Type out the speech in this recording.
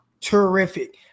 Terrific